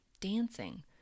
dancing